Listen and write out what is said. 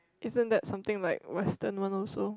isn't that something like Western one also